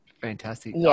Fantastic